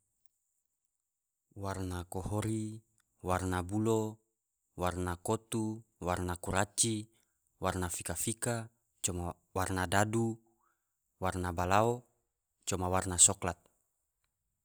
Warna kohori, warna bulo, warna kotu, warna kuraci, warna fika fika, coma warna dadu, warna balao coma warna soklat.